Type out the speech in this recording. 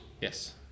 Yes